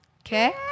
Okay